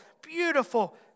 beautiful